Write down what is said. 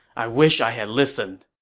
i wish i had listened.